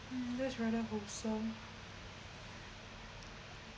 mm that's rather wholesome